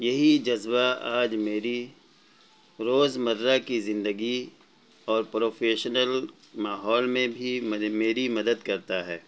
یہی جذبہ آج میری روز مرہ کی زندگی اور پروفیشنل ماحول میں بھی میری مدد کرتا ہے